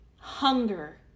hunger